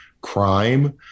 crime